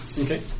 Okay